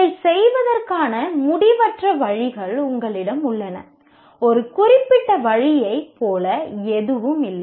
இதைச் செய்வதற்கான முடிவற்ற வழிகள் உங்களிடம் உள்ளன ஒரு குறிப்பிட்ட வழியைப் போல எதுவும் இல்லை